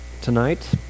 tonight